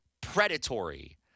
predatory